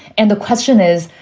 and the question is,